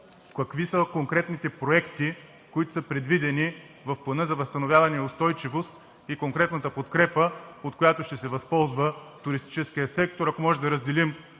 какви са конкретните проекти, които са предвидени в Плана за възстановяване и устойчивост, и конкретната подкрепа, от която ще се възползва туристическият сектор? Ако можем да разделим